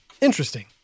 Interesting